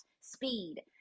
speed